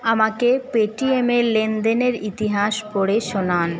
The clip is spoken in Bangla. আমাকে পেটিএমের লেনদেনের ইতিহাস পড়ে শোনান